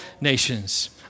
nations